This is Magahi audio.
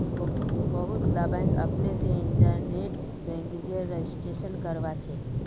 बहुतला बैंक अपने से इन्टरनेट बैंकिंगेर रजिस्ट्रेशन करवाछे